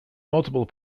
multiple